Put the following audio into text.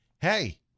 hey